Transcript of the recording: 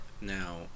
Now